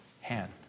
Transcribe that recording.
hand